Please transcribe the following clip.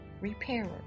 repairer